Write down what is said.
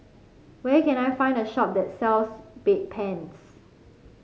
where can I find a shop that sells Bedpans